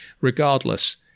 Regardless